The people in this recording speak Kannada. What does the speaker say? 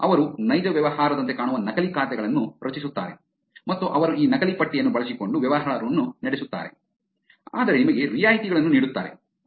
ಅವರು ನೈಜ ವ್ಯವಹಾರದಂತೆ ಕಾಣುವ ನಕಲಿ ಖಾತೆಗಳನ್ನು ರಚಿಸುತ್ತಾರೆ ಮತ್ತು ಅವರು ಈ ನಕಲಿ ಪಟ್ಟಿಯನ್ನು ಬಳಸಿಕೊಂಡು ವ್ಯವಹಾರವನ್ನು ನಡೆಸುತ್ತಾರೆ ಆದರೆ ನಿಮಗೆ ರಿಯಾಯಿತಿಗಳನ್ನು ನೀಡುತ್ತಾರೆ